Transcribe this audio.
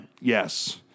Yes